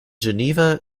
geneva